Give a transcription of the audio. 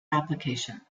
application